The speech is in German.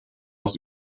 aus